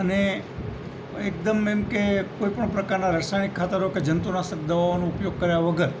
અને એકદમ એમ કે કોઈ પણ પ્રકારના રાસાયણીક ખાતરો કે જંતુનાશક દવાઓનો ઉપયોગ કર્યા વગર